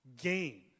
gain